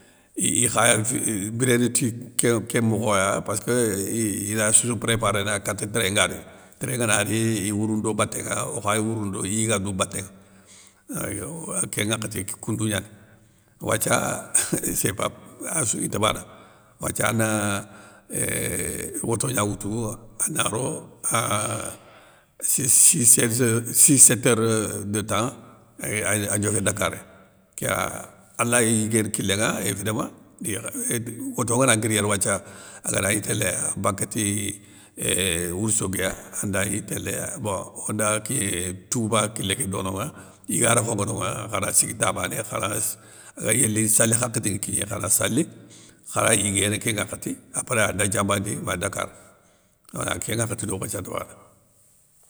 Iiiii kha biréné ti kén mokhoya passkeu iray assoussou préparéné kate trin nga rini, trin ngana ri i wourounou do batén ŋa okhaywourounou do o yigandou mbaté nŋa, kén nŋakhati ké koundou gnani. Wathia sépap assou inta bana, wathia ana euuh woto gna woutou anaro an sissézeu, sisse séteur de temps éée ay diofé dakar, kéya alay yiguéné kilénŋa évidama woto ngana guir yéré wathia agana gni télé a bakati wouroussoguiya anda gni télé, bon onda kigné touba, kilé ké dononŋa, yiga rokhonŋa nonŋa khana sigui ta bané khanasse yéli sali hakhéti nga kigné khana sali, kharay yiguéné kén ŋwakhati aprés anda diambandi ma dakar, wala kén ŋwakhati do wathia nte bana.